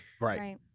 Right